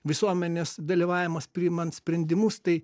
visuomenės dalyvavimas priimant sprendimus tai